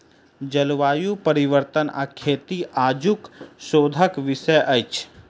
जलवायु परिवर्तन आ खेती आजुक शोधक विषय अछि